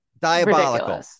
diabolical